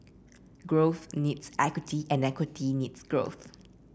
growth needs equity and equity needs growth